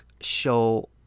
show